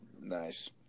Nice